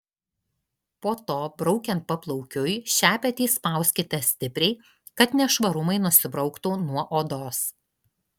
po to braukiant paplaukiui šepetį spauskite stipriai kad nešvarumai nusibrauktų nuo odos